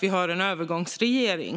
Vi har ju en övergångsregering,